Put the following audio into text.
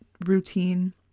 routine